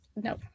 No